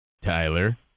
Tyler